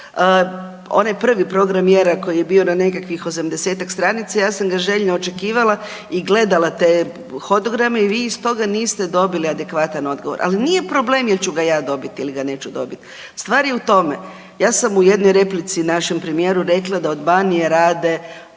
onaj prvi Program mjera koji je bio na nekakvih 80-tak stranica, ja sam ga željno očekivala i gledala te hodograme i vi iz toga niste dobili adekvatan odgovor. Ali nije problem jel ću ga ja dobiti ili ga neću dobiti. Stvar je u tome, ja sam u jednoj replici našem premijeru rekla da od Banije rade